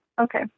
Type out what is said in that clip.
Okay